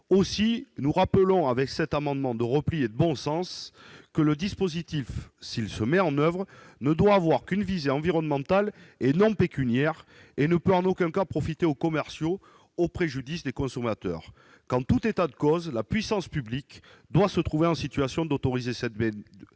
souhaitons-nous rappeler, avec cet amendement de repli et de bon sens, que le dispositif, s'il est mis en oeuvre, ne devra avoir qu'une visée environnementale et non pécuniaire, et ne saurait en aucun cas profiter aux commerciaux au préjudice des consommateurs. En tout état de cause, la puissance publique doit se trouver en situation d'autoriser cette démarche